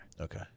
Okay